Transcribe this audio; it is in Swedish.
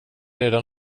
redan